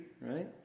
right